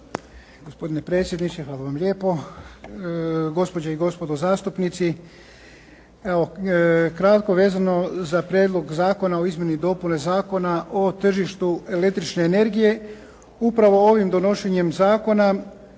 Gospodine predsjedniče, hvala vam lijepo. Gospođe i gospodo zastupnici. Evo kratko vezano za Prijedlog zakona o izmjeni i dopuni Zakona o tržištu električne energije. Upravo ovim donošenjem zakona